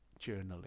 journaling